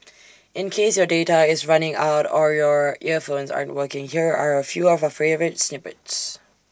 in case your data is running out or your earphones aren't working here are A few of our favourite snippets